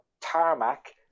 tarmac